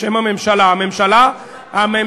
של ממשלת ישראל, מה שאתה אומר עכשיו?